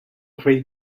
great